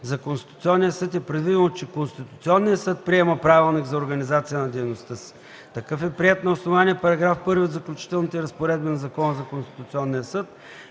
за Конституционния съд е предвидено, че Конституционният съд приема правилник за организация на дейността си. Такъв е приет на основание § 1 от Заключителните разпоредби на Закона за Конституционния съд